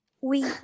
Oui